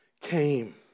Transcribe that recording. came